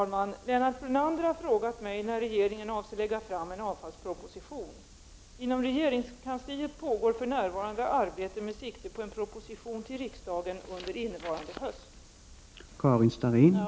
Då Lennart Brunander, som framställt frågan, anmält att han var förhindrad att närvara vid sammanträdet, medgav andre vice talmannen att Karin Starrin i stället fick delta i överläggningen.